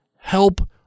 help